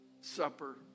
supper